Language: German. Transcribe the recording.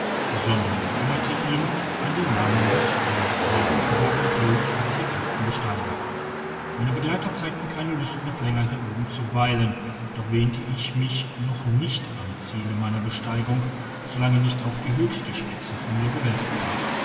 sondern erinnerte ihn an den namen des leutnant saito als den ersten besteiger meine begleiter zeigten keine lust noch länger hier oben zu weilen doch wähnte ich mich noch nicht am ziele meiner besteigung solange nicht auch die höchste spitze von mir bewältigt war